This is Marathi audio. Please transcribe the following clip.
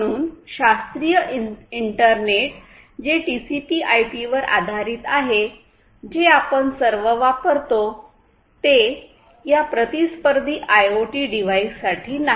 म्हणून शास्त्रीय इंटरनेट जे टीसीपी आयपीवरTCPIP आधारित आहे जे आपण सर्व वापरतो ते या प्रतिस्पर्धी आयओटी डिव्हाइससाठी नाही